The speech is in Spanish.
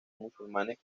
musulmanes